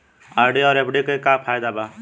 RD आउर FD के का फायदा बा?